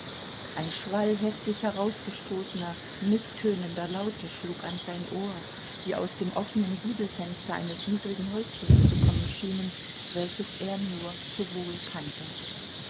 ein schwall heftig herausgestoßener mißtönender laute schlug an sein ohr die aus dem offenen giebelfenster eines niedrigen häuschens zu kommen schienen welches er nur zu wohl kannte